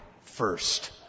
First